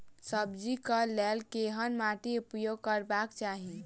सब्जी कऽ लेल केहन माटि उपयोग करबाक चाहि?